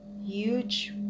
huge